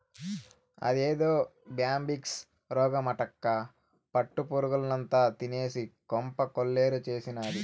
అదేదో బ్యాంబిక్స్ రోగమటక్కా పట్టు పురుగుల్నంతా తినేసి కొంప కొల్లేరు చేసినాది